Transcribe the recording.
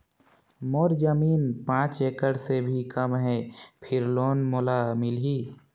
मोर जमीन पांच एकड़ से भी कम है फिर लोन मोला मिलही?